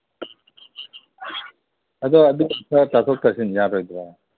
ꯑꯗꯣ ꯈꯔ ꯇꯥꯊꯣꯛ ꯇꯥꯁꯤꯟ ꯌꯥꯔꯣꯏꯗ꯭ꯔꯥ